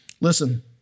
Listen